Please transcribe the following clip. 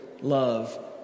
love